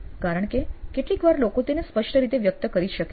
કારણ કે કેટલીક વાર લોકો તેને સ્પષ્ટ રીતે વ્યક્ત કરી શકે છે